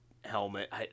helmet